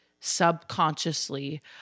subconsciously